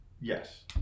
Yes